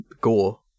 gore